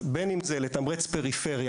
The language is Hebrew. אז בין אם זה לתמרץ פריפריה,